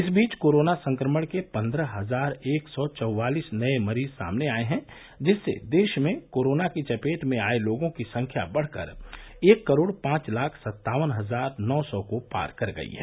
इस बीच कोरोना संक्रमण के पन्द्रह हजार एक सौ चौवालिस नए मरीज सामने आए हैं जिससे देश में कोरोना की चपेट में आये लोगों की संख्या बढ़कर एक करोड़ पांच लाख सत्तावन हजार नौ सौ को पार कर गई है